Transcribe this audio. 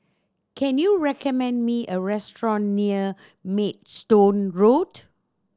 can you recommend me a restaurant near Maidstone Road